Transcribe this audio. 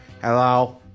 Hello